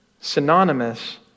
synonymous